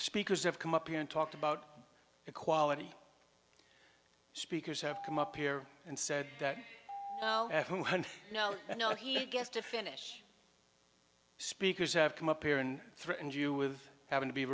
speakers have come up here and talked about equality speakers have come up here and said that now you know he gets to finish speakers have come up here and threatened you with having to be